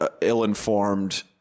ill-informed